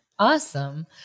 Awesome